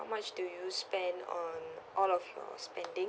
much do you spend on all of your spendings